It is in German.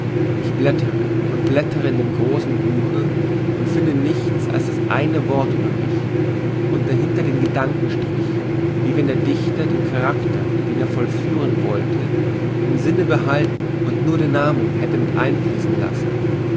ich blättere und blättere in dem großen buche und finde nichts als das eine wort über mich und dahinter den gedankenstrich wie wenn der dichter den karakter den er vollführen wollte im sinne behalten und nur den namen hätte mit einfließen lassen